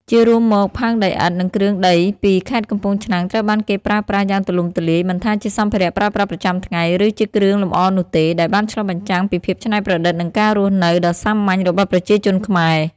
ជារួមមកផើងដីឥដ្ឋ និងគ្រឿងដីពីខេត្តកំពង់ឆ្នាំងត្រូវបានគេប្រើប្រាស់យ៉ាងទូលំទូលាយ មិនថាជាសម្ភារៈប្រើប្រាស់ប្រចាំថ្ងៃ ឬជាគ្រឿងលម្អនោះទេ ដែលបានឆ្លុះបញ្ចាំងពីភាពច្នៃប្រឌិត និងការរស់នៅដ៏សាមញ្ញរបស់ប្រជាជនខ្មែរ។